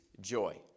joy